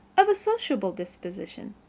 of a sociable disposition.